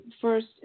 first